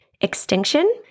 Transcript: extinction